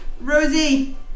Rosie